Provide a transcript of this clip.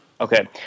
Okay